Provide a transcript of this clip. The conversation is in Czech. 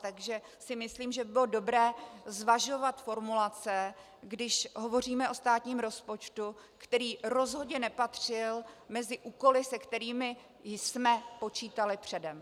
Takže si myslím, že by bylo dobré zvažovat formulace, když hovoříme o státním rozpočtu, který rozhodně nepatřil mezi úkoly, se kterými jsme počítali předem.